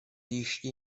ještě